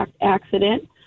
accident